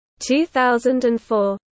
2004